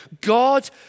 God